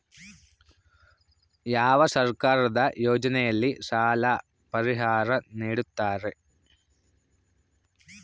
ಯಾವ ಸರ್ಕಾರದ ಯೋಜನೆಯಲ್ಲಿ ಸಾಲ ಪರಿಹಾರ ನೇಡುತ್ತಾರೆ?